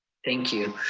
thank you.